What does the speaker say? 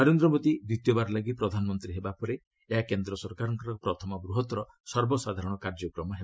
ନରେନ୍ଦ୍ର ମୋଦି ଦ୍ୱିତୀୟବାର ଲାଗି ପ୍ରଧାନମନ୍ତ୍ରୀ ହେବା ପରେ ଏହା କେନ୍ଦ୍ର ସରକାରଙ୍କର ପ୍ରଥମ ବୂହତର ସର୍ବସାଧାରଣ କାର୍ଯ୍ୟକ୍ରମ ହେବ